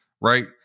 right